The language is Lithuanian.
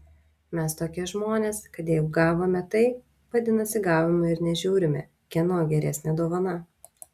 mes tokie žmonės kad jeigu gavome tai vadinasi gavome ir nežiūrime kieno geresnė dovana